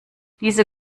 diese